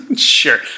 sure